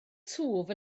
twf